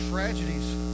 tragedies